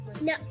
No